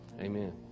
Amen